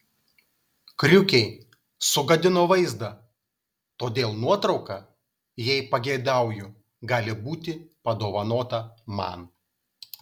kriukiai sugadino vaizdą todėl nuotrauka jei pageidauju gali būti padovanota man